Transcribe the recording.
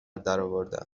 درآوردم